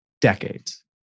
decades